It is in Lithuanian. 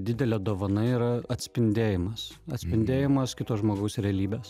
didelė dovana yra atspindėjimas atspindėjimas kito žmogaus realybės